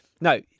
No